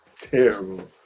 terrible